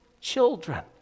children